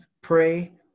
Pray